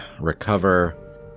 recover